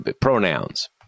Pronouns